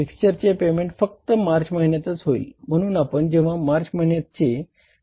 फिक्स्चरचे payment फक्त March महिन्यातच होईल म्हणून आपण जेंव्हा मार्च महिण्याचे गणना करू तेंव्हा बघूया